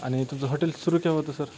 आणि तुमचं हॉटेल सुरू केव्हा होतं सर